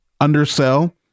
undersell